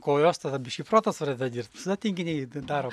kojos tada biškį protas pradeda dirbt visada tinginiai tai daro